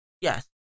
Yes